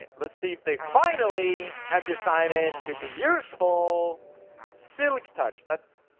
ah let's see if they finally have decided to be useful silic touch that's